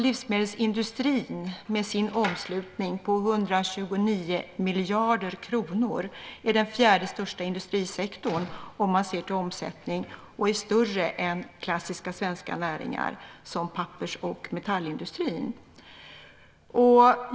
Livsmedelsindustrin med sin omslutning på 129 miljarder kronor är den fjärde största industrisektorn om man ser till omsättning, och den är större än klassiska svenska näringar som pappers och metallindustrin.